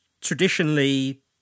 traditionally